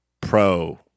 Pro